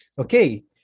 Okay